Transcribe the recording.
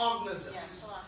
organisms